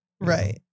Right